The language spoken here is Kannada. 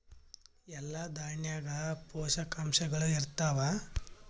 ಎಲ್ಲಾ ದಾಣ್ಯಾಗ ಪೋಷಕಾಂಶಗಳು ಇರತ್ತಾವ?